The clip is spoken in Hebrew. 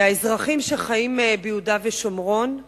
האזרחים שחיים ביהודה ושומרון.